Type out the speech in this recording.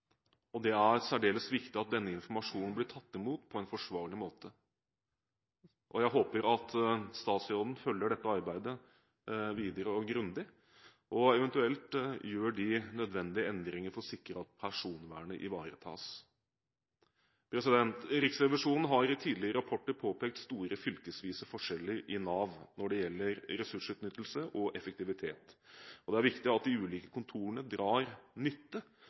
og det er særdeles viktig at denne informasjonen blir tatt i mot på en forsvarlig måte. Jeg håper at statsråden følger dette arbeidet grundig videre og gjør de nødvendige endringene for å sikre at personvernet ivaretas. Riksrevisjonen har i tidligere rapporter påpekt store fylkesvise forskjeller i Nav når det gjelder ressursutnyttelse og effektivitet. Det er viktig at de ulike kontorene drar nytte